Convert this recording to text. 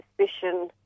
suspicion